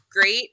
great